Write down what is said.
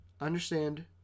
understand